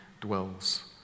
dwells